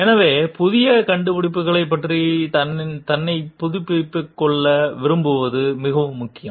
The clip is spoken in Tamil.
எனவே புதிய கண்டுபிடிப்புகளைப் பற்றி தன்னைப் புதுப்பித்துக் கொள்ள விரும்புவது மிகவும் முக்கியம்